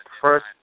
first